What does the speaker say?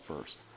first